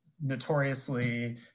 notoriously